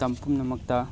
ꯃꯇꯝ ꯄꯨꯝꯅꯃꯛꯇ